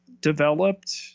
developed